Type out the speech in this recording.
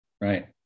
Right